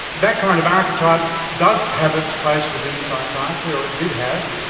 that kind of archetype does have its place within psychiatry, or it did have,